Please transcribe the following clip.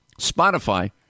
Spotify